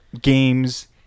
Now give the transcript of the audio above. games